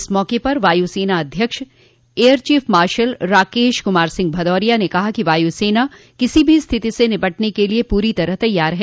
इस मौके पर वायुसेना अध्यक्ष air chief marshal Rakesh Kumar Singh Bhadauria ने कहा कि वायुसेना किसी भी स्थिति से निपटने क लिए पूरी तरह तैयार है